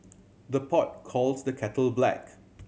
the pot calls the kettle black